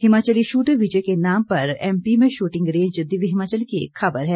Himachali shooter Vijay के नाम पर एमपी में शूटिंग रेंज दिव्य हिमाचल की एक खबर है